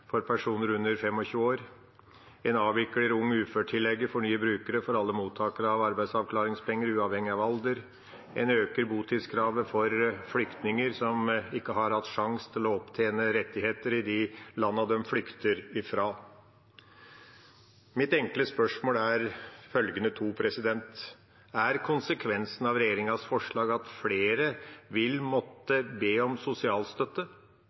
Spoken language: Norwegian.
for personer under 25 år. En avvikler uføretillegget for nye brukere for alle mottakere av arbeidsavklaringspenger uavhengig av alder. En øker botidskravet for flyktninger, som ikke har hatt noen sjanse til å opptjene rettigheter i de landene de flykter fra. Mine enkle spørsmål er følgende to: Er konsekvensene av regjeringas forslag at flere vil måtte be om sosialstøtte?